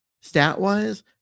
stat-wise